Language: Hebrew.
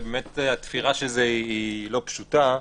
ובאמת התפירה של זה היא לא פשוטה.